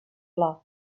pla